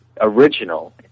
original